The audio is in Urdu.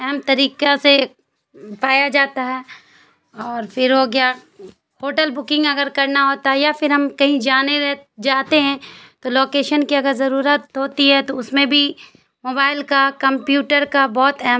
اہم طریقہ سے پایا جاتا ہے اور پھر ہو گیا ہوٹل بکنگ اگر کرنا ہوتا ہے یا پھر ہم کہیں جانے جاتے ہیں تو لوکیشن کی اگر ضرورت ہوتی ہے تو اس میں بھی موبائل کا کمپیوٹر کا بہت اہم